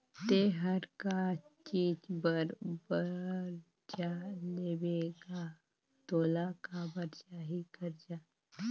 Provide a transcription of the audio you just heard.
ते हर का चीच बर बरजा लेबे गा तोला काबर चाही करजा